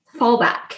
fallback